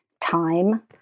time